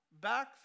back